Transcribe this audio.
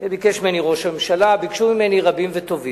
וביקש ממני ראש הממשלה, ביקשו ממני רבים טובים.